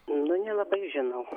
nu nelabai žinau